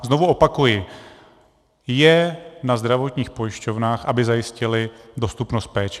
Znovu opakuji, je na zdravotních pojišťovnách, aby zajistily dostupnost péče.